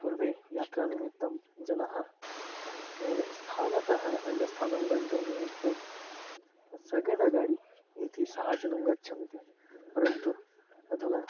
पूर्वे यात्रा निमित्तं जनः स्थानतः अन्य स्थानं गन्तुं निमित्तं सगडगाडि इति गच्छन्ति परन्तु अधुना